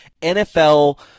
NFL